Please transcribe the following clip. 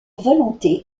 volonté